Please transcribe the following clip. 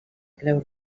creu